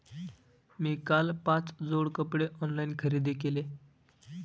मी काल पाच जोड कपडे ऑनलाइन खरेदी केले